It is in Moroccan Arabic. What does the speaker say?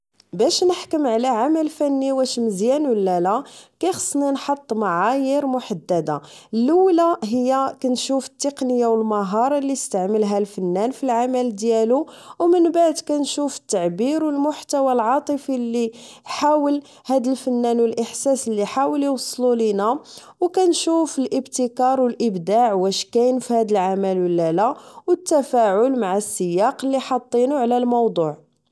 باش نحكم على عمل فني واش مزيان أولا لا كيخصني نحط معايير محددة لولة هي كنشوف التقنية و المهارة لي ستعملها الفنان فالعمل ديالو و منبعد كنشوف التعبير و المحتوى العاطفي لي حاول هاد الفنان و الإحساس لي حاول إيوصلو لينا و كنشوف الإبتكار و الإبداع واش كاين فهاد العمل أولا لا و التفاعل مع السياق لي حاطينو على الموضوع